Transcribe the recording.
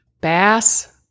Bass